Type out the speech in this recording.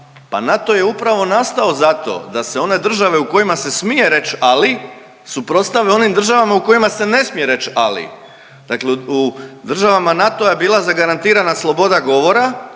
pa NATO je upravo nastao zato da se one države u kojima se smije reći ali suprotstave onim državama u kojima se ne smije reći ali. Dakle u državama NATO-a je bila zagarantirana sloboda govora